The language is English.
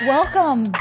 Welcome